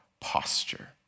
posture